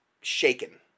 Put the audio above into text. shaken